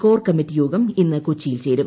core committee യോഗം ഇന്ന് കൊച്ചിയിൽ ചേരും